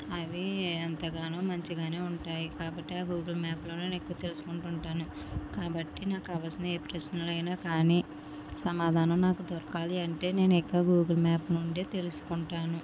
అవి ఎంతగానో మంచిగానే ఉంటాయి కాబట్టి గూగుల్ మ్యాప్లోనే నేను ఎక్కువగా తెలుసుకుంటాను ఉంటాను కాబట్టి నాకు అవసరమయ్యే ప్రశ్నలైనా కానీ సమాధానం నాకు దొరకాలి అంటే నేను ఎక్కువగా గూగుల్ మ్యాప్ నుండే తెలుసుకుంటాను